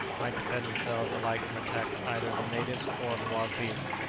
might defend themselves alike from attacks either of the natives or of wild beasts,